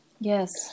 Yes